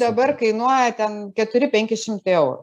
dabar kainuoja ten keturi penki šimtai eurų